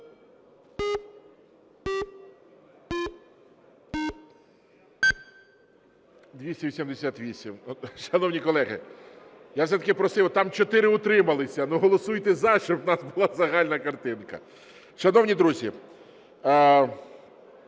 За-288 Шановні колеги, я все-таки просив, там чотири утримались, голосуйте "за", щоб у нас була загальна картинка. Шановні друзі,